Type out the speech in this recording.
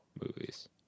movies